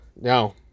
No